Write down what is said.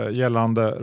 gällande